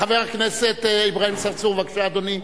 חבר הכנסת אברהים צרצור, בבקשה, אדוני,